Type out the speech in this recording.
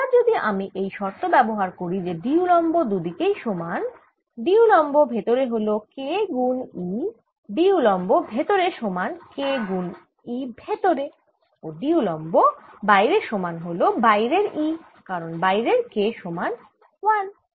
এবার যদি আমি এই শর্ত ব্যবহার করি যে D উলম্ব দুই দিকেই সমান D উলম্ব ভেতরে হল K গুন E D উলম্ব ভেতরে সমান K গুন E ভেতরে ও D উলম্ব বাইরে সমান হল বাইরের E কারণ বাইরে K সমান 1